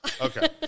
Okay